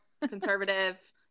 conservative